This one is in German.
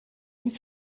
ich